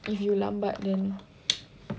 if you lambat then